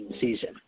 season